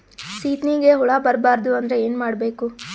ಸೀತ್ನಿಗೆ ಹುಳ ಬರ್ಬಾರ್ದು ಅಂದ್ರ ಏನ್ ಮಾಡಬೇಕು?